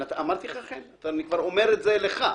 אמרתי לך, חן, אני כבר אומר את זה לך.